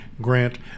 Grant